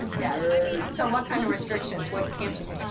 and so what kind of restrictions? what can't you do?